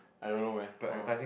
I don't know where uh